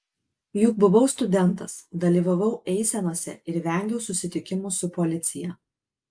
juk buvau studentas dalyvavau eisenose ir vengiau susitikimų su policija